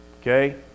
Okay